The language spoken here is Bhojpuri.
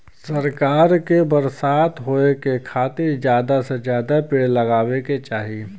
सरकार के बरसात होए के खातिर जादा से जादा पेड़ लगावे के चाही